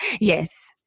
Yes